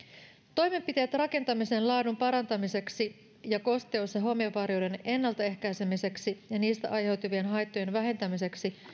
toimenpiteet rakentamisen laadun parantamiseksi ja kosteus ja homevaurioiden ennaltaehkäisemiseksi ja niistä aiheutuvien haittojen vähentämiseksi